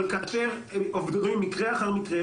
אבל כאשר עוברים מקרה אחר מקרה,